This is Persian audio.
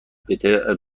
بطرز